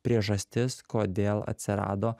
priežastis kodėl atsirado